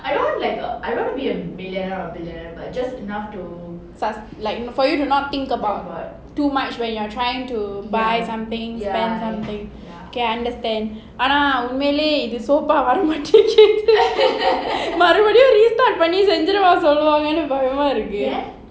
sus~ like for you to not think about too much when you are trying to buy something spend something okay I understand ஆனா உண்மையிலேயே:aanaa unmailayae மறுபடியும்:marupadiyum recall பண்ணி செஞ்சிடுவாங்களோனு பயமா இருக்கு:panni senjiduvangalonu bayamaa irukuthu